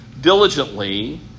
diligently